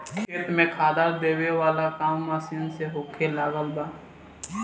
खेत में खादर देबे वाला काम मशीन से होखे लागल बा